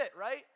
right